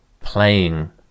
playing